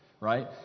Right